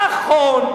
נכון,